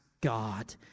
God